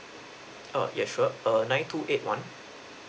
err yes sure err nine two eight one